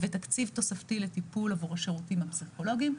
ותקציב תוספתי לטיפול עבור השירותים הפסיכולוגיים.